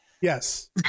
yes